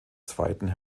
zweiten